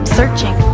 searching